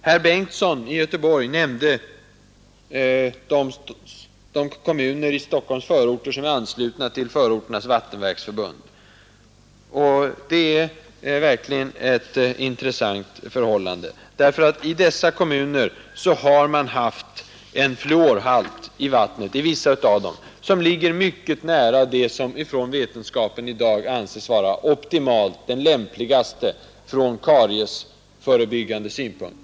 Herr Bengtsson i Göteborg nämnde de kommuner i Stockholms förorter som är anslutna till Stockholmstraktens vattenverksförbund. De är verkligen exempel på ett intressant förhållande. I vissa av dessa kommuner har man haft en fluorhalt i vattnet som ligger mycket nära det som av vetenskapen i dag ansetts vara optimalt, det lämpligaste, från kariesförebyggande synpunkt.